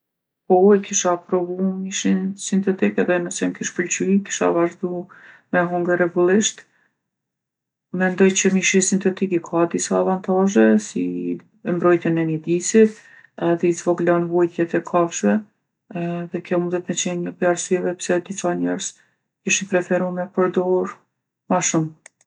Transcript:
Po e kisha provu mishin sintetik edhe nëse m'kish pëlqy kisha vazhdu me hongër rregullisht. Mendoj që mishi sintetik i ka disa avantazhe, si mbrojtjen e mjedisit edhe i zvoglon vujtjet e kafshve edhe kjo mundet me qenë njo pi arsyeve pse disa njerz kishin preferu me perdorë ma shumë.